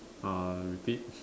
uh repeat